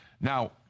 Now